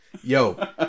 Yo